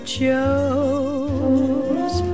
chose